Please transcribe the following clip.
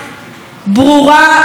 אבל שלא נשמעת כמעט.